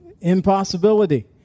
impossibility